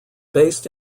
based